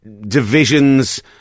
divisions